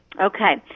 Okay